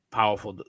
powerful